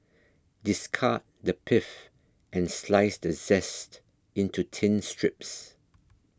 discard the pith and slice the zest into thin strips